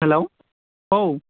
हेल' औ